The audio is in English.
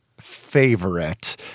favorite